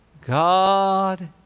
God